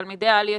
תלמידי העל יסודי,